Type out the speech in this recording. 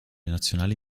nazionali